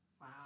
Wow